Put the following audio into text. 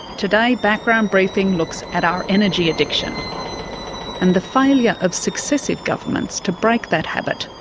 today, background briefing looks at our energy addiction and the failure of successive governments to break that habit.